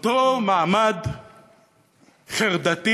לאותו מעמד חרדתי,